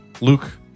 Luke